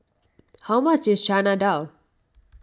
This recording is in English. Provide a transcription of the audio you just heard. how much is Chana Dal